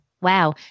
wow